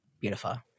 Beautiful